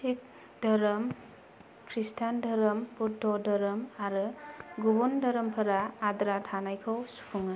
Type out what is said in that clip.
सिख धोरोम खृस्टान धोरोम बौद्ध धोरोम आरो गुबुन धोरोमफोरा आद्रा थानायखौ सुफुङो